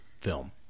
film